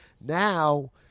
Now